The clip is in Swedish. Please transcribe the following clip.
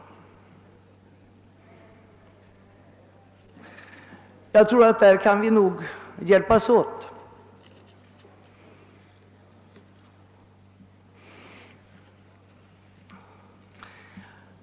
Jag tror nog att vi därvidlag kan hjälpas åt.